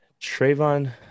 Trayvon